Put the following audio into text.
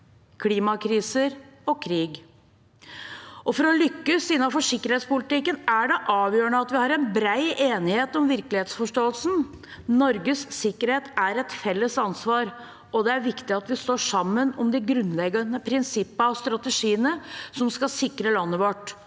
klimakriser og krig. For å lykkes innenfor sikkerhetspolitikken er det avgjørende at vi har en bred enighet om virkelighetsforståelsen. Norges sikkerhet er et felles ansvar, og det er viktig at vi står sammen om de grunnleggende prinsippene og strategiene som skal sikre landet vårt.